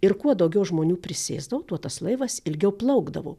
ir kuo daugiau žmonių prisėsdavo tuo tas laivas ilgiau plaukdavo